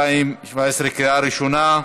לקריאה ראשונה.